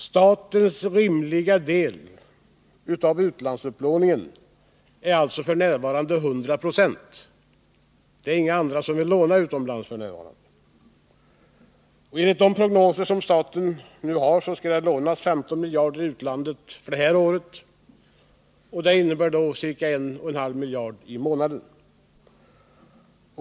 Statens ”rimliga del” av utlandsupplåningen är alltså f. n. 100 26. Enligt de prognoser som föreligger om utlandsupplåningen för innevarande år skall staten låna 15 miljarder i utlandet, vilket innebär ca 1,5 miljarder i månaden.